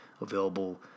available